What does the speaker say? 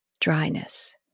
dryness